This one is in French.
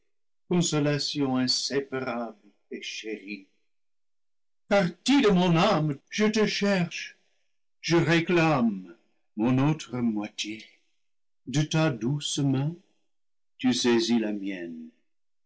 consolation inséparable et chérie partie de mon âme je te cherche je réclame mon autre moi tié de ta douce main tu saisis la mienne